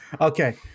Okay